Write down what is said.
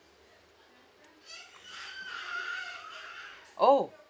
orh